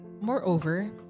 Moreover